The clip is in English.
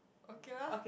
okay loh